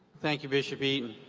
thank you, bishop eaton.